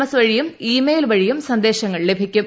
S വഴിയും email വഴിയും സന്ദേശങ്ങൾ ലഭിക്കും